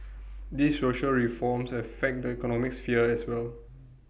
these social reforms affect the economic sphere as well